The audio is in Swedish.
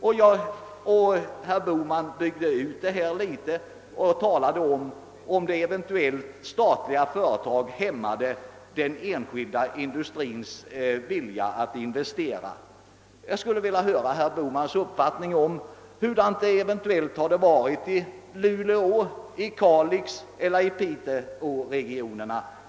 Herr Bohman byggde ut sitt resonemang med att tala om att statliga företag eventuellt hämmar den enskilda industrins vilja att investera. Jag skulle vilja höra herr Bohmans uppfattning om hur det hade varit i luleå-, kalixoch piteåregionerna utan statlig företagsamhet.